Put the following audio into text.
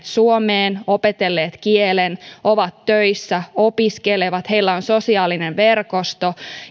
suomeen opetelleen kielen ovat töissä opiskelevat heillä on sosiaalinen verkosto